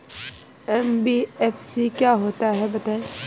NBFC क्या होता है बताएँ?